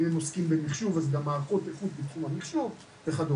אם בם עוסקים במחשוב אז גם מערכות איכות בתחום המחשוב וכדומה.